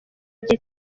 gito